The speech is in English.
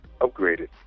upgraded